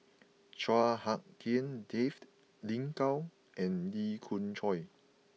Chua Hak Lien Dave Lin Gao and Lee Khoon Choy